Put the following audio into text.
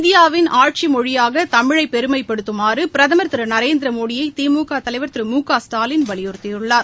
இந்தியாவின் ஆட்சி மொழியாக தமிழை பெருமைப்படுத்துமாறு பிரதம் திரு நரேந்திரமோடியை திமுக தலைவர் திரு மு க ஸ்டாலின் வலியுறுத்தியுள்ளார்